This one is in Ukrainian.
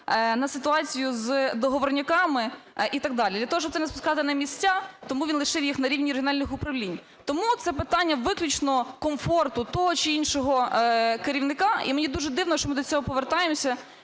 на ситуацію з договорняками і так далі. Для того, щоб це не спускати на місця, тому він лишив їх на рівні регіональних управлінь. Тому це питання виключно комфорту того чи іншого керівника, і мені дуже дивно, що ми до цього повертаємося